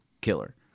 killer